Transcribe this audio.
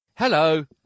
Hello